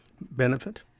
benefit